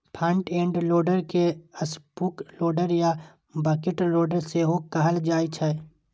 front end loader के scoop loader या bucket loader सेहो कहल जाइ छै